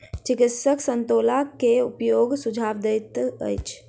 चिकित्सक संतोला के उपयोगक सुझाव दैत अछि